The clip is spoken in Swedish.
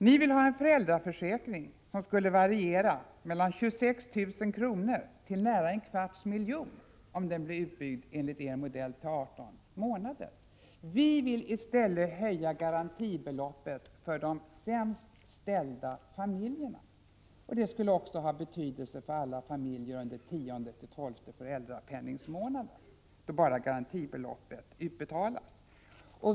Ni vill ha en föräldraförsäkring, som skulle variera mellan 26 000 kr. och närmare 250 000 kr., om den enligt er modell blir utbyggd till 18 månader. Vi vill i stället höja garantibeloppet för de sämst ställda familjerna. Det skulle också ha betydelse för alla familjer under tionde till tolfte föräldrapenningsmånaderna, då bara garantibeloppet utbetalas.